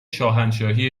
شاهنشاهی